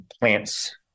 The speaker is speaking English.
plants